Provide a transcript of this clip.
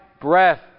breath